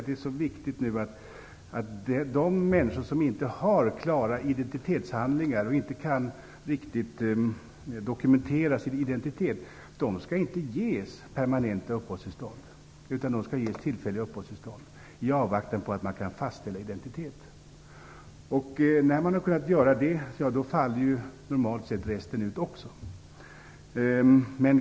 Det är viktigt att de människor som inte har klara identitetshandlingar och inte kan dokumentera sin identitet inte ges permanenta uppehållstillstånd, utan får tillfälliga sådana, i avvaktan på att identiteten kan fastställas. När det har gjorts kan normalt också resten klaras ut.